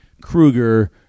Krueger